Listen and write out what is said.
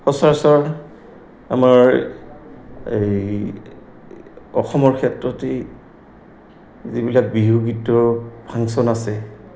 সচৰাচৰ আমাৰ এই অসমৰ ক্ষেত্ৰতেই যিবিলাক বিহু গীতৰ ফাংচন আছে